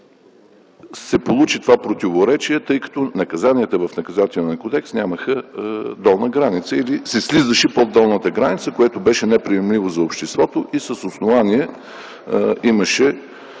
се получи противоречие, тъй като наказанията в Наказателния кодекс нямаха долна граница или се слизаше под долната граница, което беше неприемливо за обществото, и с основание имаше